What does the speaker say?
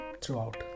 throughout